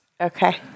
Okay